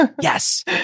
Yes